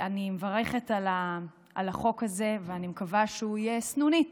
אני מברכת על החוק הזה ואני מקווה שהוא יהיה סנונית